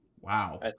Wow